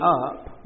up